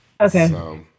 Okay